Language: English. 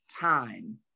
time